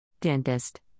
Dentist